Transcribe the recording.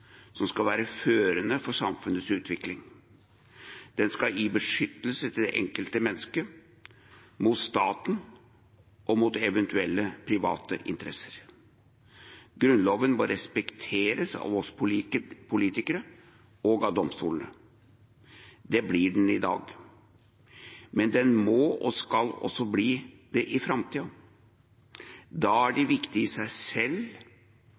som skal være førende for samfunnets utvikling. Den skal gi beskyttelse til det enkelte mennesket mot staten og mot eventuelle private interesser. Grunnloven må respekteres av oss politikere og av domstolene. Det blir den i dag, men den må og skal bli det også i framtiden. Da er det viktig i seg selv